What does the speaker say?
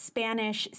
Spanish